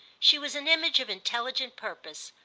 she was an image of intelligent purpose,